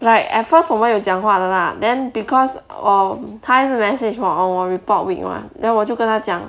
like at first 我们有讲话的 lah then because of 他又 message 我 on 我 report week [what] then 我就跟他讲